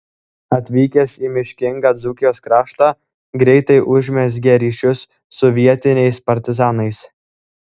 atvykęs į miškingą dzūkijos kraštą greitai užmezgė ryšius su vietiniais partizanais